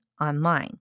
online